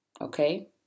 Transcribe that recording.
Okay